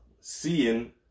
Seeing